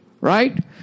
Right